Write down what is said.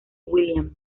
williams